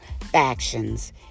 factions